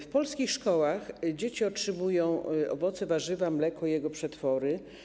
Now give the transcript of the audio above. W polskich szkołach dzieci otrzymują owoce, warzywa, mleko i jego przetwory.